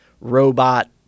robot